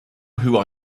who